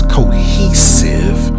cohesive